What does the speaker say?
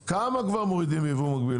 כמה כבר מורידים ייבוא מקביל?